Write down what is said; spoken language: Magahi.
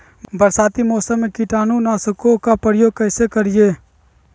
बरसाती मौसम में कीटाणु नाशक ओं का प्रयोग कैसे करिये?